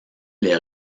les